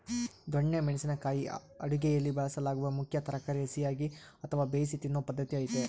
ದೊಣ್ಣೆ ಮೆಣಸಿನ ಕಾಯಿ ಅಡುಗೆಯಲ್ಲಿ ಬಳಸಲಾಗುವ ಮುಖ್ಯ ತರಕಾರಿ ಹಸಿಯಾಗಿ ಅಥವಾ ಬೇಯಿಸಿ ತಿನ್ನೂ ಪದ್ಧತಿ ಐತೆ